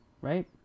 Right